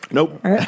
Nope